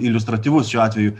iliustratyvus šiuo atveju